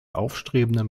aufstrebenden